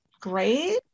great